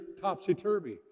topsy-turvy